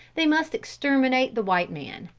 they must exterminate the white man,